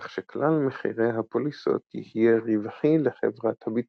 כך שכלל מחירי הפוליסות יהיה רווחי לחברת הביטוח.